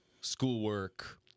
schoolwork